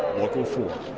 local four.